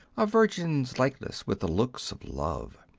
a virgin's likeness with the looks of love.